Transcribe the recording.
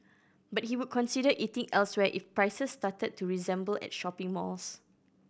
but he would consider eating elsewhere if prices started to resemble at shopping malls